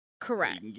Correct